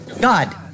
God